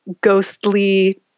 ghostly